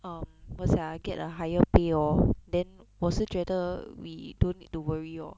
um what's that ah get a higher pay hor then 我是觉得 we don't need to worry lor